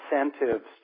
incentives